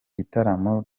gitaramo